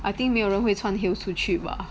I think 没有人会穿 heels heels 去吧